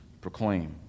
proclaim